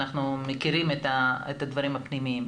אנחנו מכירים את הדברים הפנימיים,